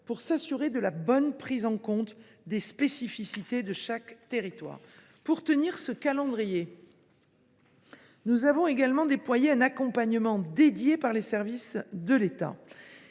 pour s’assurer de la bonne prise en compte des spécificités de chaque territoire. Pour tenir ce calendrier, nous avons également déployé un accompagnement spécifique par les services de l’État,